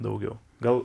daugiau gal